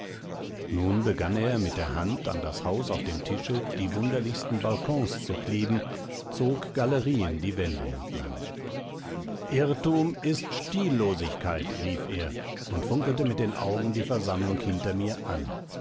nun begann er mit der hand an das haus auf dem tische die wunderlichsten balkons zu kleben zog galerien die wände entlang irrtum ist stillosigkeit rief er und funkelte mit den augen die versammlung hinter mir an